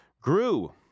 grew